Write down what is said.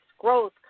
growth